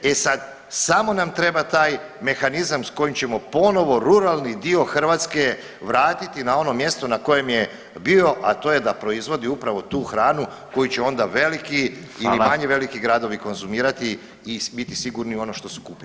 E sad, samo nam treba taj mehanizam s kojim ćemo ponovo ruralni dio Hrvatske vratiti na ono mjesto na kojem je bio, a to je da proizvodi upravo tu hranu koju će onda veliki [[Upadica Radin: Hvala.]] ili manje veliki gradovi konzumirati i biti sigurni u ono što su kupili.